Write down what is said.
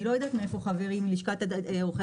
אני לא יודעת מאיפה חברי מלשכת עורכי